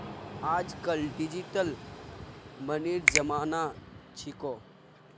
आजकल डिजिटल मनीर जमाना छिको